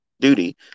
duty